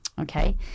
Okay